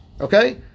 Okay